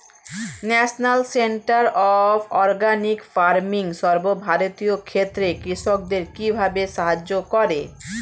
National centre of organic farming সর্বভারতীয় ক্ষেত্রে কৃষকদের কিভাবে সাহায্য করে?